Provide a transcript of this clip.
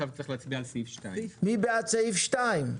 מי בעד סעיף 2?